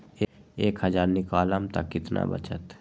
एक हज़ार निकालम त कितना वचत?